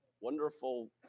wonderful